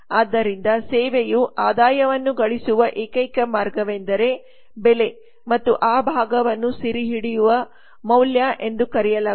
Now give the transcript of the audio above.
ಆದ್ದರಿಂದ ಸೇವೆಯು ಆದಾಯವನ್ನು ಗಳಿಸುವ ಏಕೈಕ ಮಾರ್ಗವೆಂದರೆ ಬೆಲೆ ಮತ್ತು ಆ ಭಾಗವನ್ನು ಸೆರೆಹಿಡಿಯುವ ಮೌಲ್ಯ ಎಂದು ಕರೆಯಲಾಗುತ್ತದೆ